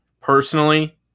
personally